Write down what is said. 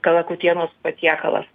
kalakutienos patiekalas